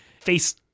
face